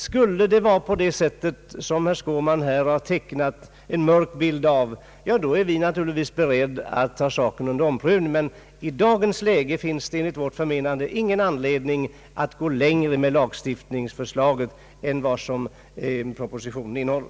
Skulle den mörka bild herr Skårman gett oss av den kommande utvecklingen visa sig motsvara verkligheten är vi beredda att ta saken under omprövning. Men i dagens läge finns det enligt vårt förmenande ingen anledning att gå längre beträffande lagstiftningsförslaget än vad propositionen gör.